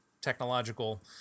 technological